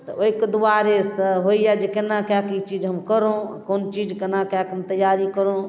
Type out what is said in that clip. तऽ ओइके दुआरेसँ होइए जे केना कए कऽ हम ई चीज करौं कोन चीज केना कए कऽ हम तैयारी करौं